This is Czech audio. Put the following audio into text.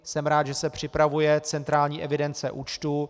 Jsem rád, že se připravuje centrální evidence účtů.